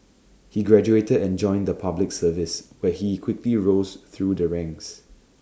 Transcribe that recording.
he graduated and joined the Public Service where he quickly rose through the ranks